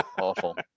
Awful